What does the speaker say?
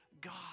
god